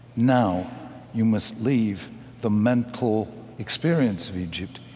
now you must leave the mental experience of egypt.